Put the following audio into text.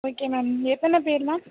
okay ma'am எத்தனை பேர் ma'am